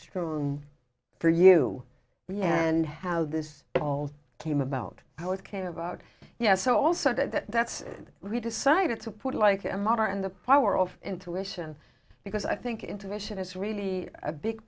strong for you yeah and how this all came about how it came about yes so also that that's when we decided to put like a modern and the power of intuition because i think intuition is really a big